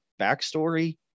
backstory